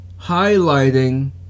highlighting